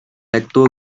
actúa